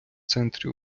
центрі